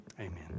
amen